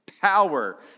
power